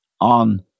on